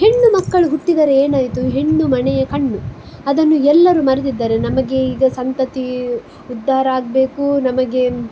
ಹೆಣ್ಣು ಮಕ್ಕಳು ಹುಟ್ಟಿದರೇನಾಯಿತು ಹೆಣ್ಣು ಮನೆಯ ಕಣ್ಣು ಅದನ್ನು ಎಲ್ಲರೂ ಮರೆತಿದ್ದಾರೆ ನಮಗೆ ಈಗ ಸಂತತಿ ಉದ್ದಾರ ಆಗಬೇಕು ನಮಗೆ